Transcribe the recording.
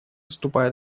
вступает